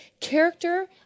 Character